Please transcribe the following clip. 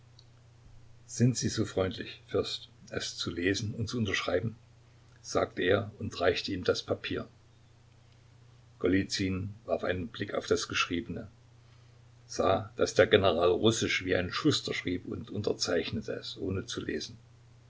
sind sie so freundlich fürst es zu lesen und zu unterschreiben sagte er und reichte ihm das papier golizyn warf einen blick auf das geschriebene sah daß der general russisch wie ein schuster schrieb und unterzeichnete es ohne zu lesen